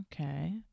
Okay